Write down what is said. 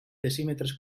decímetres